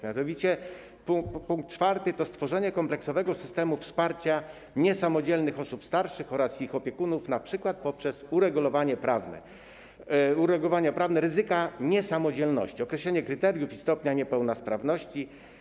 Mianowicie pkt 4 to stworzenie kompleksowego systemu wsparcia niesamodzielnych osób starszych oraz ich opiekunów, np. poprzez uregulowanie prawne ryzyka niesamodzielności, określenie kryteriów i stopnia niepełnosprawności.